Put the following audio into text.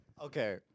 Okay